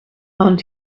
and